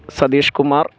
Satheesh Kumar